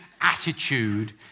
attitude